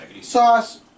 Sauce